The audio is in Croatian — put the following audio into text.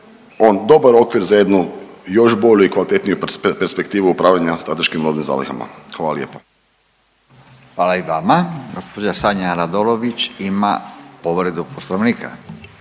dobar okvir za jednu još bolju i kvalitetniju perspektivu upravljanja strateškim robnim zalihama. Hvala lijepo. **Radin, Furio (Nezavisni)** Hvala i vama. Gospođa Radolović ima povredu poslovnika.